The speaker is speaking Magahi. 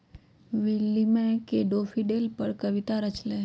विलियम ने डैफ़ोडिल पर कविता रच लय है